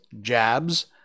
jabs